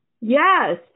Yes